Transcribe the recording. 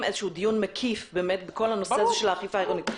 דיון מקיף בנושא של האכיפה העירונית.